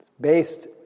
based